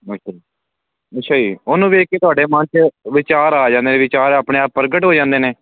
ਅੱਛਾ ਜੀ ਅੱਛਾ ਜੀ ਉਹਨੂੰ ਵੇਖ ਕੇ ਤੁਹਾਡੇ ਮਨ 'ਚ ਵਿਚਾਰ ਆ ਜਾਂਦੇ ਵਿਚਾਰ ਆਪਣੇ ਆਪ ਪ੍ਰਗਟ ਹੋ ਜਾਂਦੇ ਨੇ